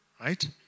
right